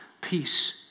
peace